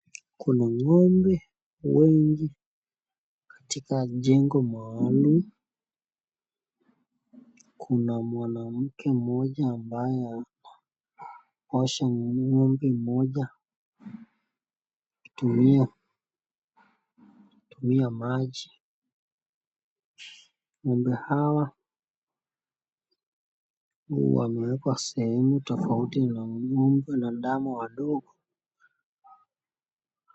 Kuna ng'ombe wengi katika jengo maalum, kuna mwanamke moja ambaye anaosha ng'ombe mmoja akitumia maji. Ng'ombe hawa wamewekwa sehemu tofauti na dama wadogo.